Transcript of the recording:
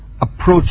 approach